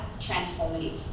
transformative